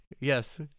yes